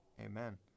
Amen